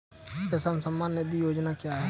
किसान सम्मान निधि योजना क्या है?